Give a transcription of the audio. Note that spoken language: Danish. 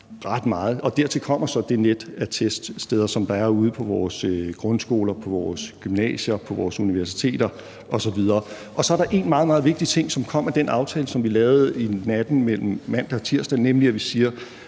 ret meget. Dertil kommer så det net af teststeder, der er ude på vores grundskoler, på vores gymnasier, på vores universiteter osv. Og så er der én meget, meget vigtig ting, som kom med den aftale, som vi lavede natten mellem mandag og tirsdag, nemlig at vi siger: